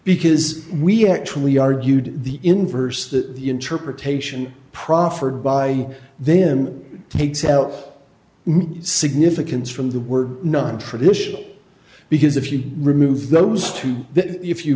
because we actually argued the inverse that the interpretation proffered by then takes out significance from the word nontraditional because if you remove those two if you